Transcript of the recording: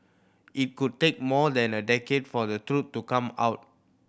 it could take more than a decade for the truth to come out